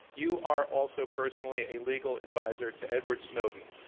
you are also personally a legal adviser to edward snowden.